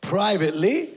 Privately